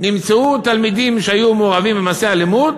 נמצאו תלמידים שהיו מעורבים במעשי אלימות,